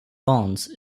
bonds